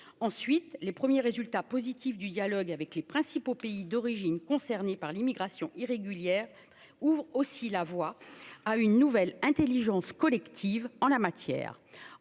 ensuite les premiers résultats positifs du dialogue avec les principaux pays d'origine, concernée par l'immigration irrégulière ouvre aussi la voie à une nouvelle Intelligence collective en la matière,